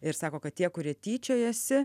ir sako kad tie kurie tyčiojasi